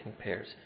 pairs